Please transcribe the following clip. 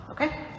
Okay